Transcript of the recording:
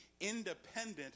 independent